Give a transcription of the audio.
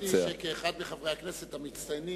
חשבתי שכאחד מחברי הכנסת המצטיינים,